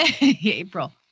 April